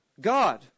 God